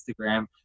Instagram